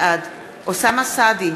בעד אוסאמה סעדי,